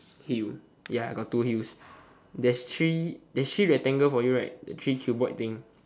heel ya I got two heels there's three there's three rectangle for you right the three cuboid thing